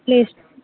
లేదు సా